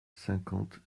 cinquante